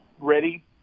ready